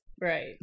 right